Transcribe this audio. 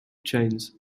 chains